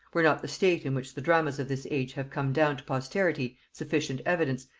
were not the state in which the dramas of this age have come down to posterity sufficient evidence,